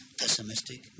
pessimistic